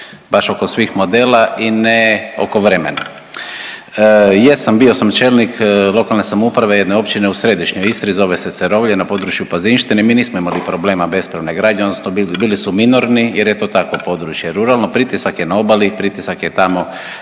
baš oko svih modela i ne oko vremena. Jesam, bio sam čelnik lokalne samouprave jedne općine u središnjoj Istri, zove se Cerovlje na području Pazinštine, mi nismo imali problema bespravne gradnje odnosno bili su minorni jer je to tako područje ruralno, pritisak je na obali, pritisak je tamo